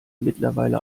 mittlerweile